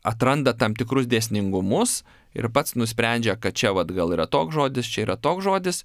atranda tam tikrus dėsningumus ir pats nusprendžia kad čia vat gal yra toks žodis čia yra toks žodis